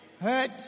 hurt